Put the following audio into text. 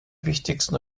wichtigsten